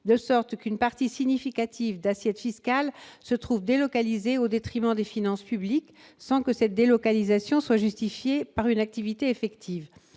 de sorte qu'une partie significative d'assiette fiscale se trouve délocalisée, au détriment des finances publiques, sans que cette délocalisation soit justifiée par une activité effective.